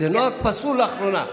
זה נוהג פסול לאחרונה.